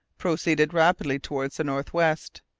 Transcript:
proceded rapidly towards the north-west.